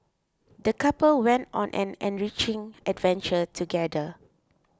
the couple went on an enriching adventure together